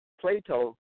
Plato